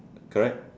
correct